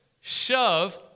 shove